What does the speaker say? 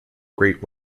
great